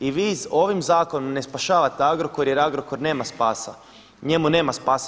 I vi ovim zakonom ne spašavate Agrokor jer Agrokor nema spasa, njemu nema spasa.